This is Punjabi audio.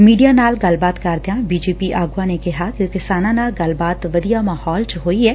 ਮੀਡੀਆ ਨਾਲ ਗੱਲਬਾਤ ਕਰਦਿਆਂ ਬੀਜੇਪੀ ਆਗੁਆਂ ਨੇ ਕਿਹਾ ਕਿ ਕਿਸਾਨਾਂ ਨਾਲ ਗੱਲਬਾਤ ਵਧੀਆ ਮਾਹੌਲ ਚ ਹੋਈ ਐ